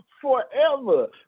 forever